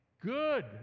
good